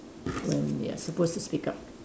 when you are supposed to speak up